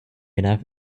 enough